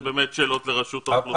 זה באמת שאלות לרשות האוכלוסין.